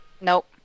Nope